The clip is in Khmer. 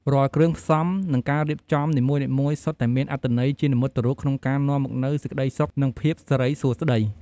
រាល់គ្រឿងផ្សំ និងការរៀបចំនីមួយៗសុទ្ធតែមានអត្ថន័យជានិមិត្តរូបក្នុងការនាំមកនូវសេចក្តីសុខ និងភាពសិរីសួស្តី។